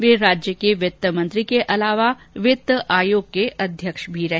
वे राज्य के वित्त मंत्री और वित्त आयोग के अध्यक्ष भी रहे